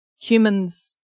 humans